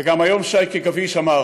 וגם היום שייקה גביש אמר